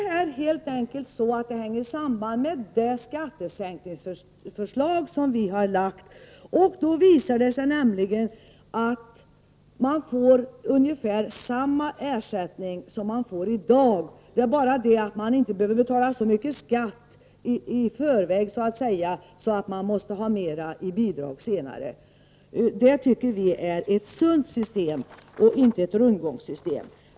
Förslaget hänger helt samman med det skattesänkningsförslag som vi har lagt fram. Det visar sig nämligen att man får ungefär samma ersättning som i dag. Det är bara det att man inte behöver betala så mycket skatt så att säga i förväg att man måste ha mer i bidrag senare. Det tycker vi är ett sunt system och inte ett rundgångssystem.